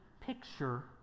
picture